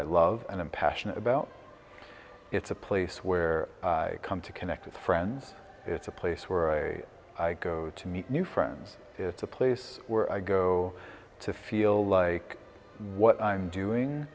i love and i'm passionate about it's a place where i come to connect with friends it's a place where i go to meet new friends it's a place where i go to feel like what i'm